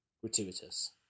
gratuitous